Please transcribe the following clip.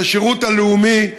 את השירות הלאומי,